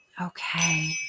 Okay